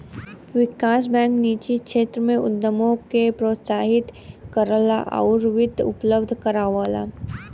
विकास bank निजी क्षेत्र में उद्यमों के प्रोत्साहित करला आउर वित्त उपलब्ध करावला